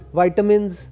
vitamins